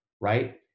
right